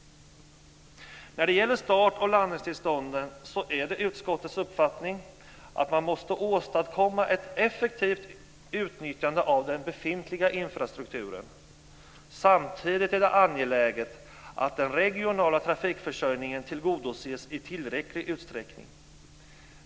När det gäller start och landningstillstånden är det utskottets uppfattning att man måste åstadkomma ett effektivt utnyttjande av den befintliga infrastrukturen. Samtidigt är det angeläget att den regionala trafikförsörjningen tillgodoses i tillräcklig utsträckning.